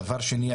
דבר שני,